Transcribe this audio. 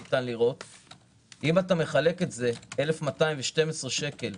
אם אתה מחלק 1,200 ל-12 שקל,